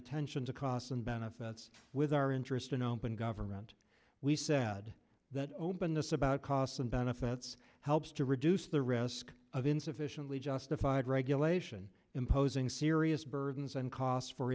attention to costs and benefits with our interest in open government we said that openness about costs and benefits helps to reduce the risk of insufficiently justified regulation imposing serious burdens and costs for